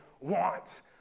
want